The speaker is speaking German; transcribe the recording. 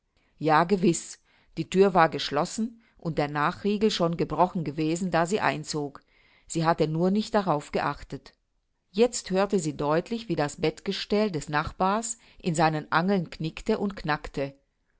ja gewiß die thür war geschlossen und der nachtriegel schon gebrochen gewesen da sie einzog sie hatte nur nicht darauf geachtet jetzt hörte sie deutlich wie das bettgestell des nachbars in seinen angeln knickte und knackte